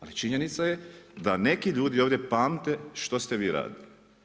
Ali činjenica je da neki ljudi ovdje pamte što ste vi ovdje radili.